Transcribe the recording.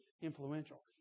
influential